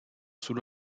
sul